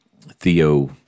Theo